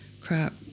Crap